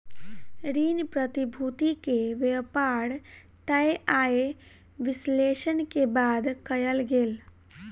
ऋण प्रतिभूति के व्यापार तय आय विश्लेषण के बाद कयल गेल